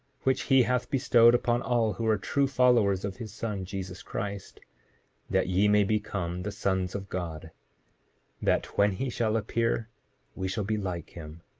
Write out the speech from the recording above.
which he hath bestowed upon all who are true followers of his son, jesus christ that ye may become the sons of god that when he shall appear we shall be like him,